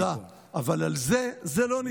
על מה שניתן אמרתי פה תודה, אבל זה לא ניתן.